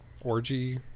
orgy